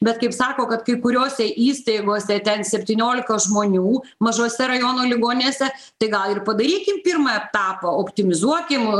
bet kaip sako kad kai kuriose įstaigose ten septyniolika žmonių mažose rajono ligoninėse tai gal ir padarykim pirmą etapą optimizuokim